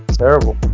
terrible